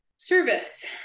Service